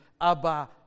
Abba